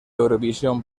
eurovisión